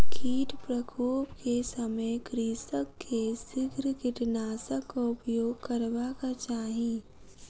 कीट प्रकोप के समय कृषक के शीघ्र कीटनाशकक उपयोग करबाक चाही